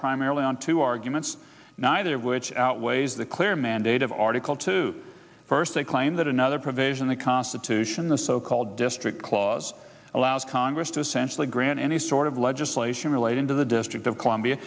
primarily on two arguments neither of which outweighs the clear mandate of article two first they claim that another provision the constitution the so called district clause allows congress to essentially grant any sort of legislation relating to the district of columbia